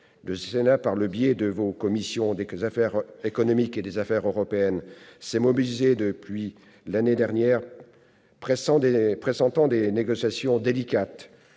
Le Sénat, au travers de la commission des affaires économiques et de la commission des affaires européennes, s'est mobilisé depuis l'année dernière, pressentant des négociations délicates